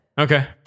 Okay